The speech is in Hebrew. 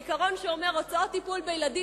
העיקרון שאומר: הוצאות טיפול בילדים,